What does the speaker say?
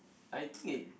I think it